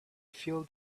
feel